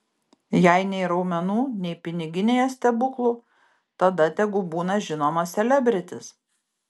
jei nei raumenų nei piniginėje stebuklų tada tegu būna žinomas selebritis